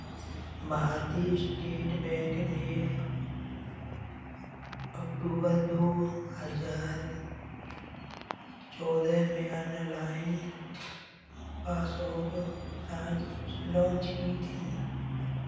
भारतीय state bank ने अक्टूबर दो हजार चौदह में ऑनलाइन पासबुक लॉन्च की थी